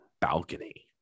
balcony